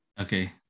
okay